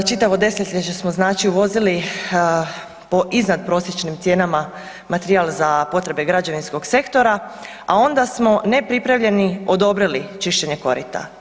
Čitavo desetljeće smo znači vozili po iznadprosječnim cijenama materijal za potrebe građevinskog sektora, a onda smo nepripravljeni odobrili čišćenje korita.